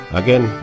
again